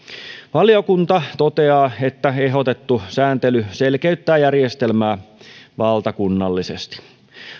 valiokunta toteaa että ehdotettu sääntely selkeyttää järjestelmää valtakunnallisesti